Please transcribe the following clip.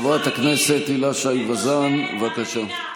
חברת הכנסת הילה שי וזאן, בבקשה.